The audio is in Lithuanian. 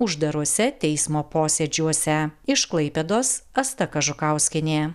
uždaruose teismo posėdžiuose iš klaipėdos asta kažukauskienė